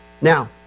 Now